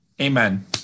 Amen